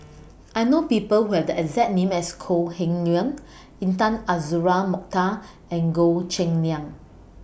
I know People Who Have The exact name as Kok Heng Leun Intan Azura Mokhtar and Goh Cheng Liang